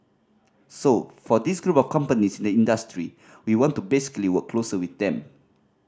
so for these group of companies in the industry we want to basically work closer with them